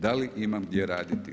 Da li imam gdje raditi?